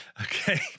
Okay